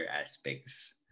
aspects